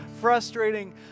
frustrating